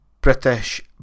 British